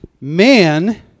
Man